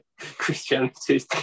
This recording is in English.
christianity